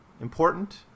important